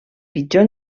pitjor